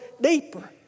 deeper